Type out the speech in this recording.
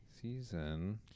Season